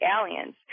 aliens